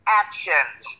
actions